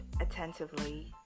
attentively